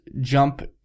jump